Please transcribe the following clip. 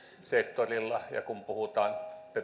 sektorilla ja kun puhutaan